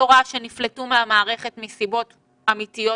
הוראה שנפלטו מהמערכת מסיבות אמיתיות